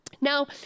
Now